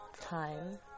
time